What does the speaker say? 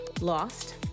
Lost